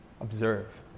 Observe